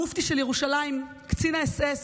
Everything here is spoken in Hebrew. המופתי של ירושלים, קצין האס.אס